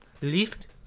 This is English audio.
lift